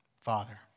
Father